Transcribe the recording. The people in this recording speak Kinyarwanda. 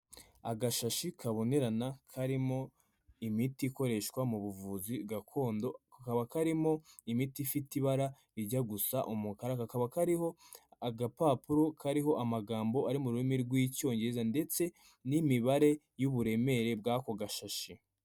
Agashashi kabonerana karimo imiti ikoreshwa mu buvuzi gakondo, kakaba karimo imiti ifite ibara rijya gusa umukara, kakaba kariho agapapuro kariho amagambo ari mu rurimi rw'icyongereza, ndetse n'imibare y'uburemere bw'ako gashashi.